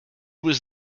was